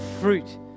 fruit